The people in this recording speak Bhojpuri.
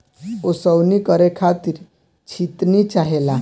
ओसवनी करे खातिर छितनी चाहेला